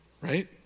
right